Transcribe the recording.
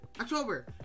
October